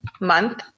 month